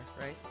right